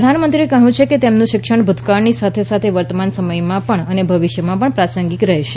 પ્રધાનમંત્રી એ કહ્યું છે કે તેમનું શિક્ષણ ભુતકાળની સાથે સાથે વર્તમાન સમયમાં પણ અને ભવિષ્યમાં પણ પ્રાસંગિક રહેશે